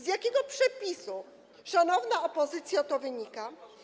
Z jakiego przepisu, szanowna opozycjo, to wynika?